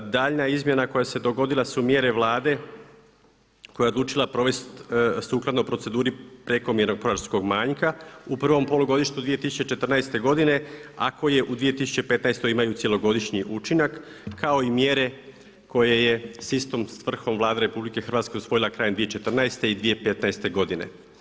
Daljnja izmjena koja se dogodila su mjere Vlade koja je odlučila provesti sukladno proceduri prekomjernog proračunskog manjka u prvom polugodištu 2014. godine ako je u 2015. imaju cjelogodišnji učinak kao i mjere koje je s istom svrhom Vlada RH usvojila krajem 2014. i 2015. godine.